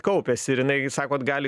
kaupėsi ir jinai sakot gali